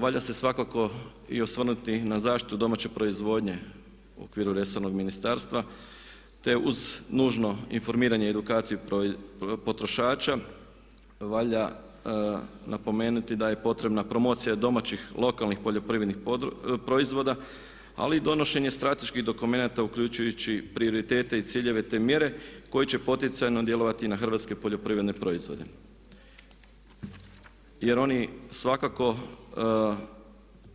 Valja se svakako i osvrnuti na zaštitu domaće proizvodnje u okviru resornog ministarstva te uz nužno informiranje, edukaciju potrošača valja napomenuti da je potrebna promocija domaćih lokalnih poljoprivrednih proizvoda ali i donošenje strateških dokumenata uključujući prioritete i ciljeve te mjere koji će poticajno djelovati na hrvatske poljoprivredne proizvode jer oni svakako